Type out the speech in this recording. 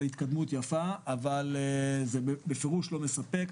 זו התקדמות אבל בפירוש לא מספק.